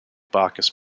bacchus